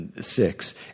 six